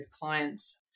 clients